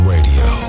Radio